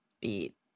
beat